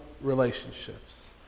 relationships